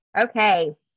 Okay